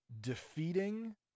Defeating